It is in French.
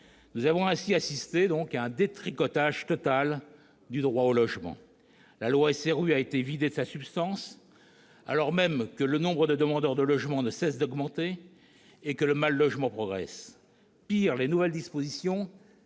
Nous avons ainsi assisté à un « détricotage » total du droit au logement. La loi SRU a été vidée de sa substance, alors même que le nombre de demandeurs de logement ne cesse d'augmenter et que le mal-logement progresse. Pis, les nouvelles dispositions